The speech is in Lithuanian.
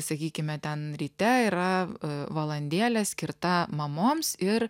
sakykime ten ryte yra valandėlė skirta mamoms ir